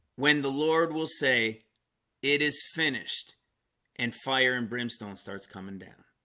when the lord will say it is finished and fire and brimstone starts coming down